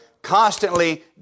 constantly